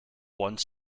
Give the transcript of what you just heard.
one